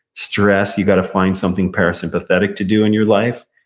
stress, you got to find something parasympathetic to do in your life.